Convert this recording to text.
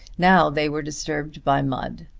now they were disturbed by mud,